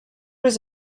was